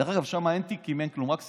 דרך אגב, שם אין תיקים, אין כלום, רק שיחות.